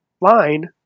line